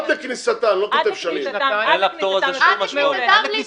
אין לפטור הזה שום משמעות.